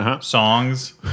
songs